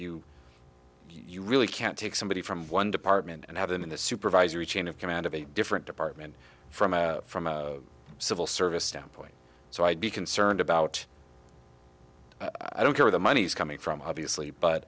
that you really can't take somebody from one department and have it in the supervisory chain of command of a different department from a from a civil service standpoint so i'd be concerned about i don't care the money's coming from obviously but